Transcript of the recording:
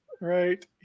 right